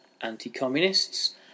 anti-communists